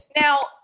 now